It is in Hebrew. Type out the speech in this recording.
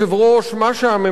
מה שהממשלה,